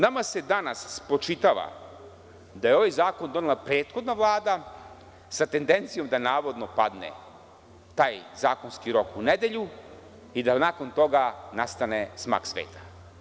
Nama se danas spočitava da je ovaj zakon donela prethodna Vlada sa tendencijom da navodno padne taj zakonski rok u nedelju i da nakon toga nastane smak sveta.